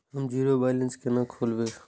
हम zero balance केना खोलैब?